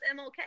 MLK